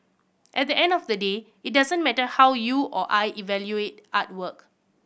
at the end of the day it doesn't matter how you or I evaluate artwork